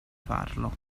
farlo